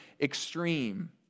extreme